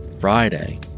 Friday